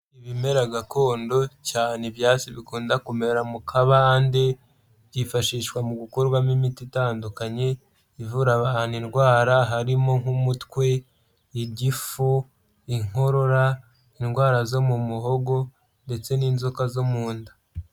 Ibimera gakondo, cyane ibyatsi bikunda kumera mu kabande, byifashishwa mu gukorwamo imiti itandukanye, ivura abantu indwara, harimo nk'umutwe, igifu, inkorora, indwara zo mu muhogo ndetse n'inzoka zo mu nda.